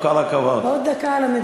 כל הכבוד, כזה דבר עוד לא ראיתי.